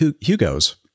Hugo's